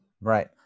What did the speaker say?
Right